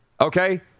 Okay